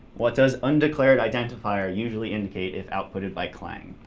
what does undeclared identifier usually indicate if outputted by clang?